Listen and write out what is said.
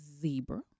Zebra